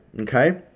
okay